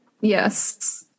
yes